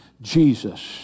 Jesus